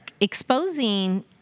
exposing